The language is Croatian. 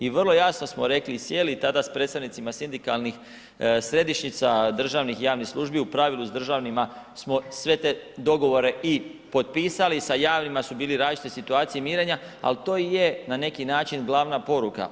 I vrlo jasno smo rekli i sjeli s predstavnicima sindikalnih središnjih, državnih i javnih službi, u pravilu s državnima smo sve te dogovore i potpisali, sa javnim su bile različite situacije mirenja, ali to i je na neki način glavna poruka.